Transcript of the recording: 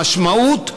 המשמעות,